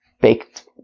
baked